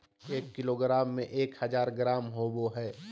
एक किलोग्राम में एक हजार ग्राम होबो हइ